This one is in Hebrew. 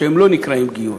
שלא נקראים גיור.